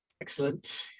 excellent